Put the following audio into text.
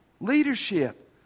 Leadership